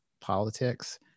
politics